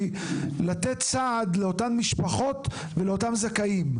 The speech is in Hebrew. לתת סעד לאותן המשפחות ולאותם הזכאים.